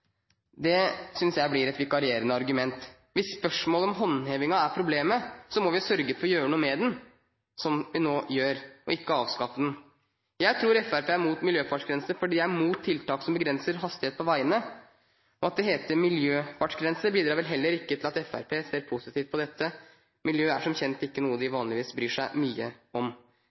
synes jeg blir et vikarierende argument. Hvis spørsmålet om håndhevingen er problemet, må vi sørge for å gjøre noe med det, som vi nå gjør, og ikke avskaffe miljøfartsgrensen. Jeg tror Fremskrittspartiet er imot miljøfartsgrense fordi de er imot tiltak som begrenser hastigheten på veiene. Det at det heter «miljøfartsgrense», bidrar vel heller ikke til at Fremskrittspartiet ser positivt på dette. Miljø er som kjent ikke noe de vanligvis bryr seg mye om.